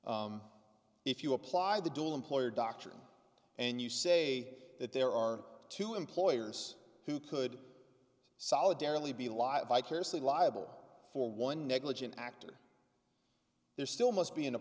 if you apply the dual employer doctrine and you say that there are two employers who could solidarity be live vicariously liable for one negligent act or there still must be in a